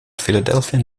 philadelphia